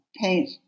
paint